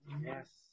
Yes